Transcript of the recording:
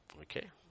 Okay